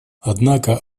однако